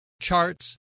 charts